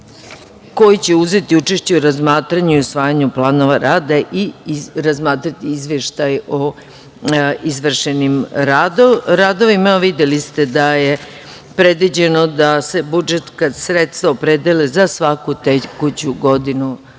koji će uzeti učešće u razmatranju i usvajanju planova rada i razmatrati Izveštaj o izvršenim radovima. Evo, videli ste da je predviđeno da se budžetska sredstva opredele za svaku tekuću godinu